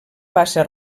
passa